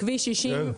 כביש 60,